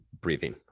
breathing